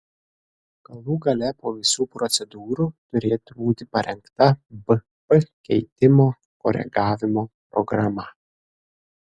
galų gale po visų procedūrų turėtų būti parengta bp keitimo koregavimo programa